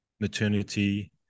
maternity